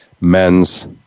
men's